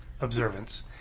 observance